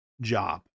job